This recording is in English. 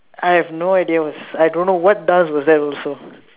I have no idea I was I don't know what dance was that also